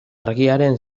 argiaren